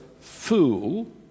fool